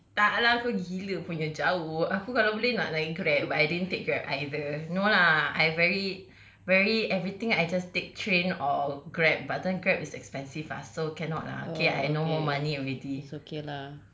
tak lah kau gila punya jauh aku kalau boleh nak naik Grab but I didn't take Grab either no lah I very very everything I just take train or Grab but that time Grab is expensive ah so cannot lah okay I no more money already